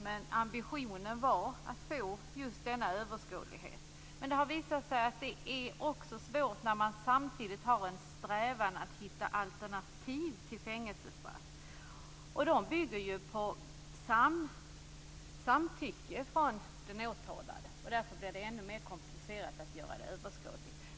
Men ambitionen var att få just denna överskådlighet. Det har också visat sig att det är svårt när man samtidigt har en strävan att hitta alternativ till fängelsestraff. Det bygger ju på samtycke från den åtalade. Därför blir det ännu mer komplicerat att göra det överskådligt.